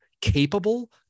capable